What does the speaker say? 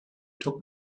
took